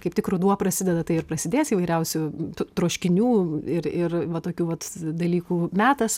kaip tik ruduo prasideda tai ir prasidės įvairiausių troškinių ir ir va tokių vat dalykų metas